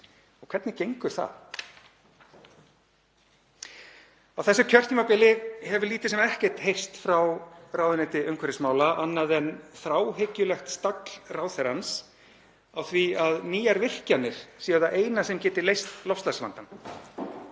Og hvernig gengur það? Á þessu kjörtímabili hefur lítið sem ekkert heyrst frá ráðuneyti umhverfismála annað en þráhyggjulegt stagl ráðherrans á því að nýjar virkjanir séu það eina sem geti leyst loftslagsvandann.